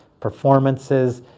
performances.